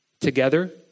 together